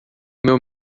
meu